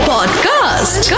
Podcast